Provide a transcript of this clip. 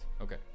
Okay